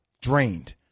drained